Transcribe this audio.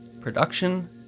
production